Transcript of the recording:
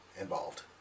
involved